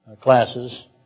classes